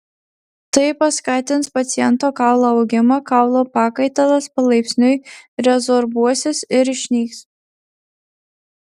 tai paskatins paciento kaulo augimą kaulo pakaitalas palaipsniui rezorbuosis ir išnyks